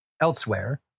elsewhere